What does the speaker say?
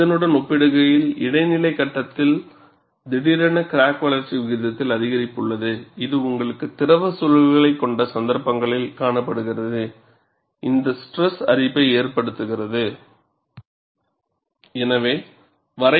இதனுடன் ஒப்பிடுகையில் இடைநிலை கட்டத்தில் திடீரென கிராக் வளர்ச்சி விகிதத்தில் அதிகரிப்பு உள்ளது இது உங்களுக்கு திரவ சூழல்களைக் கொண்ட சந்தர்ப்பங்களில் காணப்படுகிறது இது ஸ்ட்ரெஸ் அரிப்பை ஏற்படுத்துகிறது